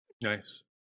nice